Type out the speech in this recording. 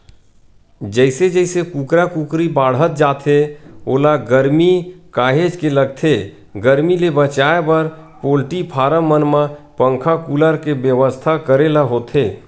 जइसे जइसे कुकरा कुकरी बाड़हत जाथे ओला गरमी काहेच के लगथे गरमी ले बचाए बर पोल्टी फारम मन म पंखा कूलर के बेवस्था करे ल होथे